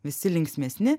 visi linksmesni